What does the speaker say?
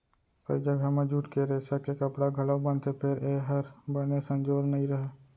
कइ जघा म जूट के रेसा के कपड़ा घलौ बनथे फेर ए हर बने संजोर नइ रहय